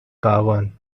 caravan